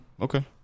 Okay